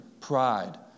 pride